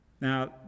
Now